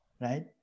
Right